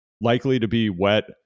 likely-to-be-wet